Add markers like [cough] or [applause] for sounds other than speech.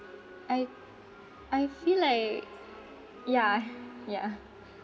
I I feel like ya [laughs] ya